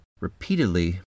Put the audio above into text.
repeatedly